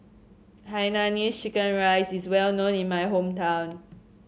Hainanese Chicken Rice is well known in my hometown